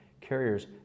carriers